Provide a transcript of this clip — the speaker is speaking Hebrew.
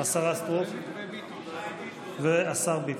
השרה סטרוק והשר ביטון.